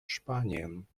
spanien